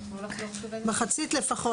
מחצית לפחות,